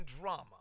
drama